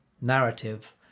narrative